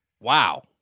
Wow